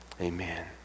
Amen